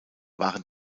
waren